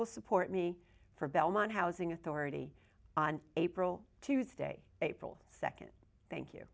will support me for belmont housing authority on april to stay april nd thank you